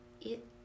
It